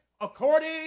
According